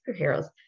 superheroes